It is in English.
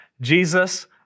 Jesus